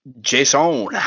Jason